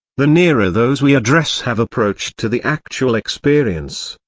the nearer those we address have approached to the actual experience,